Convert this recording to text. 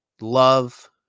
love